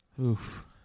Oof